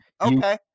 okay